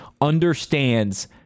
understands